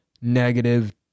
negative